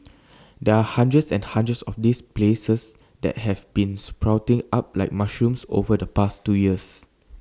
there are hundreds and hundreds of these places that have been sprouting up like mushrooms over the past two years